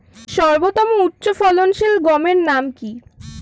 সর্বতম উচ্চ ফলনশীল গমের নাম কি?